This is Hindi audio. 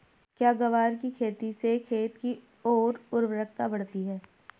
क्या ग्वार की खेती से खेत की ओर उर्वरकता बढ़ती है?